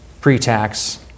pre-tax